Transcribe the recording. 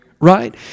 Right